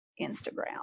Instagram